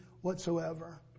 whatsoever